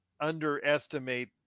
underestimate